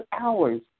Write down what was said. hours